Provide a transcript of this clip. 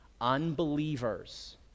unbelievers